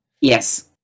Yes